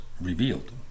revealed